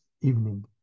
evening